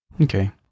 Okay